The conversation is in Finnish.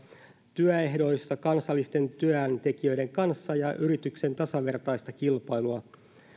työehdoissa kansallisten työntekijöiden kanssa ja yrityksien tasavertaista kilpailua